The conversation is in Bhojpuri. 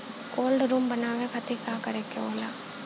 कोल्ड रुम बनावे खातिर का करे के होला?